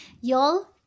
y'all